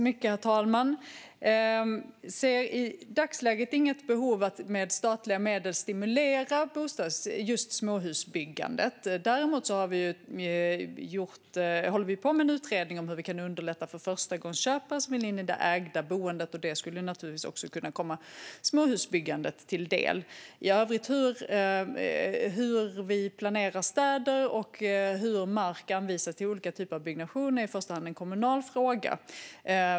Herr talman! Vi ser i dagsläget inget behov att med statliga medel stimulera just småhusbyggandet. Däremot håller vi på med en utredning av hur vi kan underlätta för förstagångsköpare som vill in i det ägda boendet, och det skulle kunna komma också småhusbyggandet till del. Hur vi planerar städer och hur mark anvisas till olika typer av byggnation är i första hand en kommunal fråga.